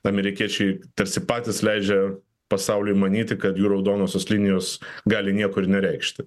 amerikiečiai tarsi patys leidžia pasauliui manyti kad jų raudonosios linijos gali nieko ir nereikšti